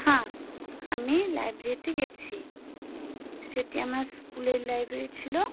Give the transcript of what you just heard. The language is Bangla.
হ্যাঁ আমি লাইব্রেরিতে গেছি সেটি আমার স্কুলের লাইব্রেরি ছিল